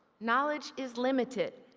knowledge is limited.